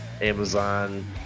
Amazon